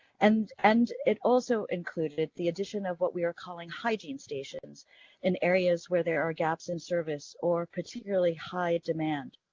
and and it also included the addition of what we are calling hygiene stations in areas where there are gaps in service or particularly high demand.